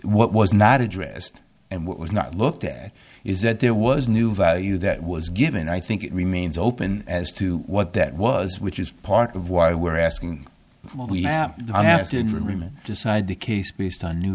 what was not addressed and what was not looked at is that there was new value that was given i think it remains open as to what that was which is part of why we're asking what we now decide the case based on new